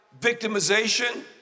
victimization